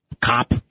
cop